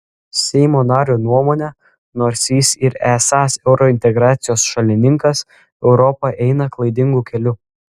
seimo nario nuomone nors jis ir esąs eurointegracijos šalininkas europa eina klaidingu keliu